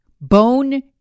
bone